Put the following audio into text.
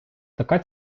така